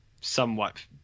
somewhat